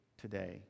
today